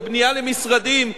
ובנייה למשרדים,